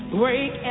break